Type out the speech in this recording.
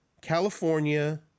california